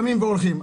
קמים והולכים,